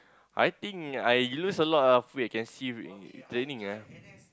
I think I lose a lot of weight I can see with with training ah